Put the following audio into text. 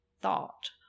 thought